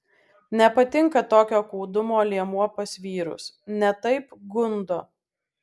nepatinka tokio kūdumo liemuo pas vyrus ne taip gundo